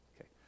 Okay